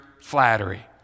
flattery